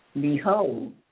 behold